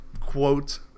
quote